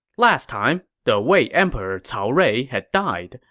last time, the wei emperor cao rui had died,